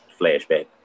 flashback